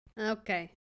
Okay